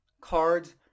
cards